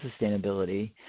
sustainability